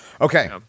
Okay